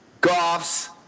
Goff's